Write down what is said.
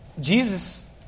Jesus